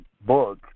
book